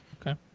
Okay